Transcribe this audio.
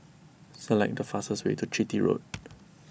select the fastest way to Chitty Road